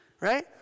right